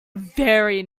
very